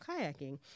kayaking